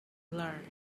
learn